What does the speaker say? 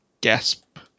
gasp